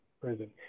prison